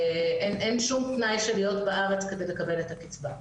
אין שום תנאי של להיות בארץ כדי לקבל את הקצבה.